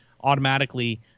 automatically